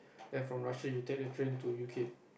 then from Russia you take the train to U_K